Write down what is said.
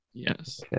Yes